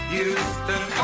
Houston